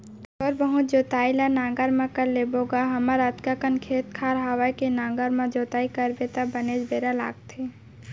थोर बहुत जोइत ल नांगर म कर लेबो गा हमर अतका कन खेत खार हवय के नांगर म जोइत करबे त बनेच बेरा लागथे